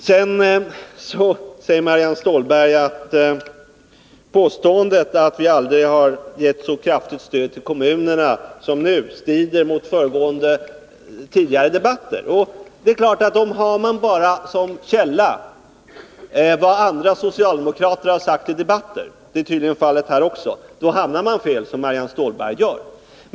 Marianne Stålberg säger vidare att påståendet att vi aldrig har gett så kraftigt stöd till kommunerna som nu strider mot vad som sagts i tidigare debatter. Det är klart att har man som källa bara vad andra socialdemokrater har sagt i debatten — och det är tydligen fallet här också — så hamnar man fel, precis som Marianne Stålberg gör.